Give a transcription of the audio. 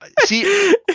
See